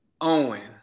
Owen